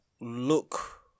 look